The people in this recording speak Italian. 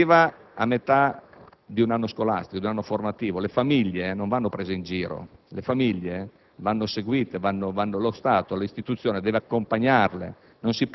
Provvedimento inutile in tal senso ed intempestivo, perché arriva a metà di un anno scolastico, di un anno formativo. Le famiglie non vanno prese in giro, vanno seguite.